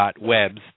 Webs